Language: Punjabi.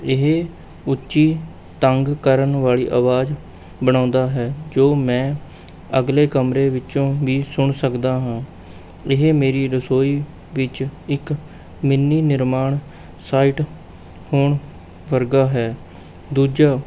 ਇਹ ਉੱਚੀ ਤੰਗ ਕਰਨ ਵਾਲੀ ਆਵਾਜ਼ ਬਣਾਉਂਦਾ ਹੈ ਜੋ ਮੈਂ ਅਗਲੇ ਕਮਰੇ ਵਿੱਚੋਂ ਵੀ ਸੁਣ ਸਕਦਾ ਹਾਂ ਇਹ ਮੇਰੀ ਰਸੋਈ ਵਿੱਚ ਇੱਕ ਮਿੰਨੀ ਨਿਰਮਾਣ ਸਾਈਟ ਹੋਣ ਵਰਗਾ ਹੈ ਦੂਜਾ